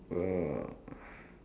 uh